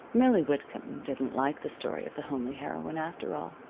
millie whitcomb didn't like the story of the homely heroine, after all.